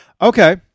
Okay